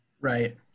Right